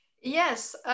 Yes